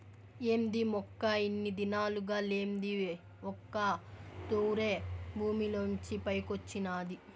ఏంది మొక్క ఇన్ని దినాలుగా లేంది ఒక్క తూరె భూమిలోంచి పైకొచ్చినాది